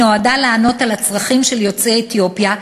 והיא נועדה לענות על הצרכים של יוצאי אתיופיה,